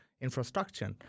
Infrastructure